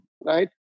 right